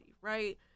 right